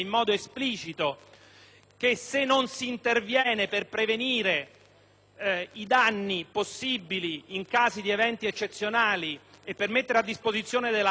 che se non si interviene per prevenire i danni possibili in caso di eventi eccezionali e per mettere a disposizione del sistema della protezione civile